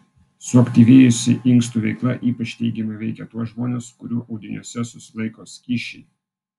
suaktyvėjusi inkstų veikla ypač teigiamai veikia tuos žmones kurių audiniuose susilaiko skysčiai